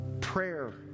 prayer